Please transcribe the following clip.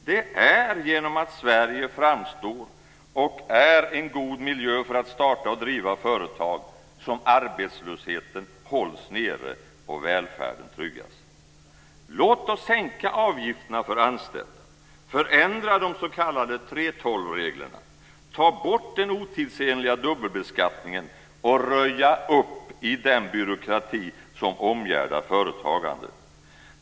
Det är genom att Sverige framstår som och är en god miljö för att starta och driva företag som arbetslösheten hålls nere och välfärden tryggas. Låt oss sänka avgifterna för anställda, förändra de s.k. 3:12-reglerna, ta bort den otidsenliga dubbelbeskattningen och röja upp i den byråkrati som omgärdar företagande.